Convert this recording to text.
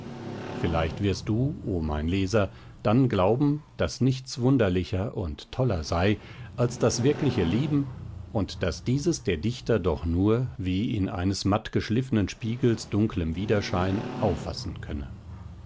vielleicht wirst du o mein leser dann glauben daß nichts wunderlicher und toller sei als das wirkliche leben und daß dieses der dichter doch nur wie in eines matt geschliffnen spiegels dunklem widerschein auffassen könne